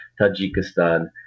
tajikistan